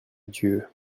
dieu